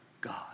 God